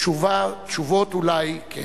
תשובות אולי כן.